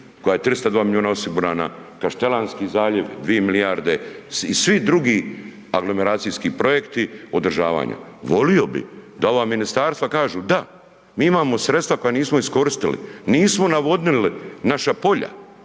koja je 302 miliona osigurana, Kaštelanski zaljev 2 milijarde i svi drugi aglomeracijski projekti održavanja. Volio bi da ova ministarstva kažu da, mi imamo sredstva koja nismo iskoristili, nismo navodnili naša polja,